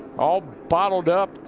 all bottled up,